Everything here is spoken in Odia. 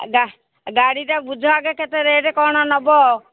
ଗାଡ଼ିଟା ବୁଝ ଆଗେ କେତେ ରେଟ୍ କ'ଣ ନେବ